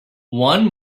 one